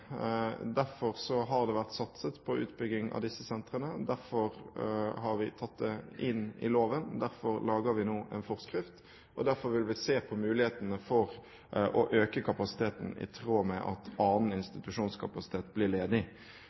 Derfor har det vært satset på utbygging av disse sentrene, derfor har vi tatt det inn i loven, derfor lager vi nå en forskrift, og derfor vil vi se på mulighetene for å øke kapasiteten i tråd med at annen institusjonskapasitet blir ledig.